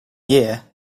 year